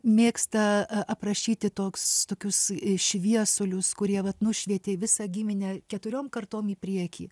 mėgsta aprašyti toks tokius šviesulius kurie vat nušvietė visą giminę keturiom kartom į priekį